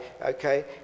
okay